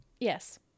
Yes